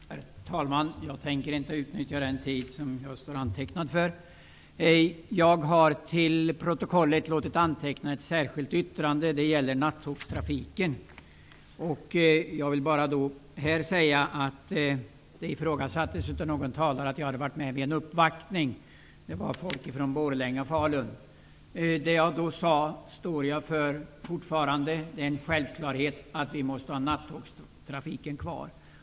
Herr talman! Jag tänker inte utnyttja den tid som jag står antecknad för. Jag har till protokollet låtit anteckna ett särskilt yttrande, som gäller nattågstrafiken. Det ifrågasattes av någon talare att jag hade varit med vid en uppvaktning med folk från Borlänge och Falun. Det jag sade då står jag för fortfarande. Det är självklart att vi måste ha nattågstrafiken kvar.